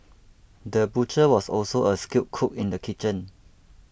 the butcher was also a skilled cook in the kitchen